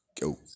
go